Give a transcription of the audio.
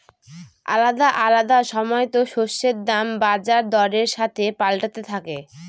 আলাদা আলাদা সময়তো শস্যের দাম বাজার দরের সাথে পাল্টাতে থাকে